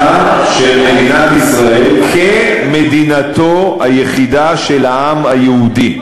חיסולה של מדינת ישראל כמדינתו היחידה של העם היהודי.